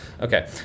Okay